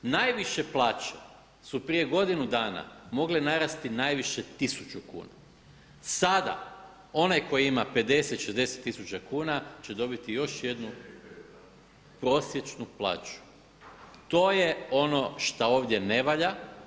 Najviše plaće su prije godinu dana mogle narasti najviše 1000 kuna, sada onaj koji ima 50, 60 tisuća kuna će dobiti još jednu prosječnu plaću, to je ono šta ovdje ne valja.